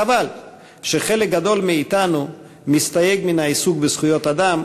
חבל שחלק גדול מאתנו מסתייג מן העיסוק בזכויות אדם,